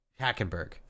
Hackenberg